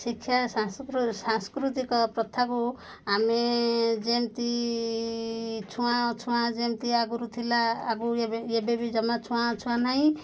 ଶିକ୍ଷା ସାଂ ସାଂସ୍କୃତିକ ପ୍ରଥାକୁ ଆମେ ଯେମତି ଛୁଆଁ ଛୁଆଁ ଯେମିତି ଆଗରୁ ଥିଲା ଆଗକୁ ଏବେ ଏବେବି ଜମା ଛୁଆଁ ଛୁଆଁ ନାହିଁ